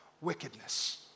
wickedness